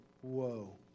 Whoa